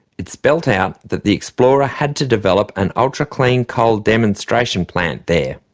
it spelt out that the explorer had to develop an ultra clean coal demonstration plant there.